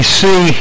see